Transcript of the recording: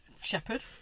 shepherd